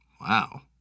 Wow